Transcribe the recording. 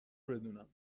بدونم